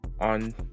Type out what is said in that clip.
on